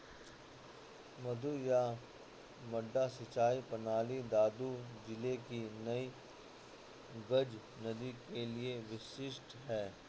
मद्दू या मड्डा सिंचाई प्रणाली दादू जिले की नई गज नदी के लिए विशिष्ट है